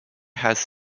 has